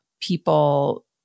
people